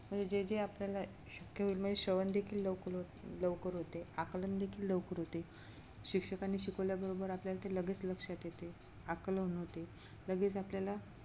म्हणजे जे जे आपल्याला शक्य होईल म्हणजे श्रवण देखील लवकर ल हो लवकर होते आकलनदेखील लवकर होते शिक्षकांनी शिकवल्याबरोबर आपल्याला ते लगेच लक्षात येते आकलन होते लगेच आपल्याला